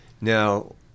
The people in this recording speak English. now